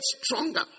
stronger